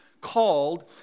called